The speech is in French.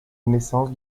naissance